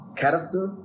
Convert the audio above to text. character